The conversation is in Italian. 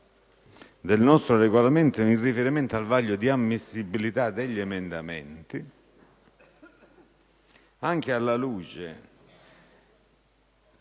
del nostro Regolamento in riferimento al vaglio di ammissibilità degli emendamenti. Ciò, anche alla luce